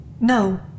No